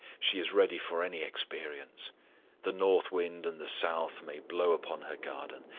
she is ready for any experience the north wind and the south may blow upon her garden,